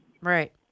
Right